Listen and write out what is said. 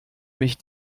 mich